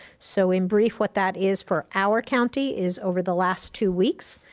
so in brief, what that is for our county is over the last two weeks,